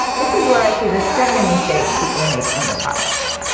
this is where i see the second mistake people make in the process.